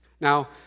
Now